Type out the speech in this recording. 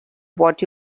what